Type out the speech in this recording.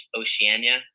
Oceania